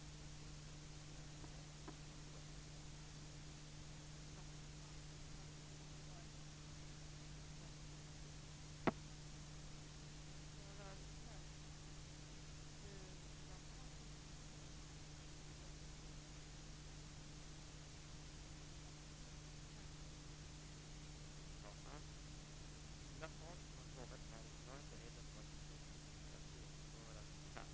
Det avsattes efter den utvärdering som gjorts 103 1⁄2 miljon kronor i miljoner avsatts för särskilda ändamål.